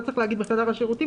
לא צריך להגיד בחדר השירותים,